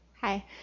Hi